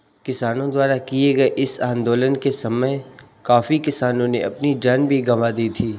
किसानों द्वारा किए गए इस आंदोलन के समय काफी किसानों ने अपनी जान भी गंवा दी थी